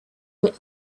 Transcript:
put